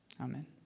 amen